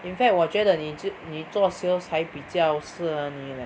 in fact 我觉得你知你做 sales 还比较适合你 leh